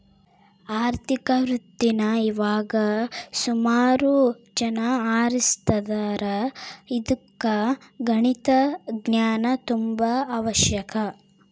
ಆರ್ಥಿಕ ವೃತ್ತೀನಾ ಇವಾಗ ಸುಮಾರು ಜನ ಆರಿಸ್ತದಾರ ಇದುಕ್ಕ ಗಣಿತದ ಜ್ಞಾನ ತುಂಬಾ ಅವಶ್ಯಕ